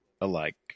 alike